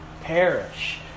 perish